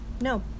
No